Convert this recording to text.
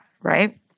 right